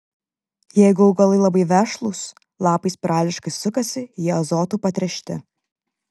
jeigu augalai labai vešlūs lapai spirališkai sukasi jie azotu patręšti